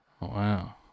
Wow